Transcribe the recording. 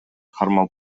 кармалып